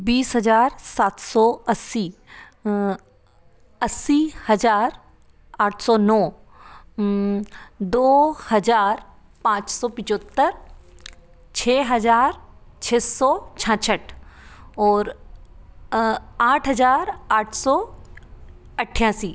बीस हजार सात सौ अस्सी अस्सी हजार आठ सौ नौ दो हजार पाँच सौ पचहत्तर छः हजार छः सौ छहाछठ और आठ हजार आठ सौ अट्ठासी